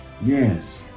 Yes